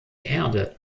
erde